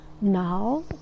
Now